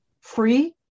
free